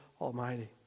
Almighty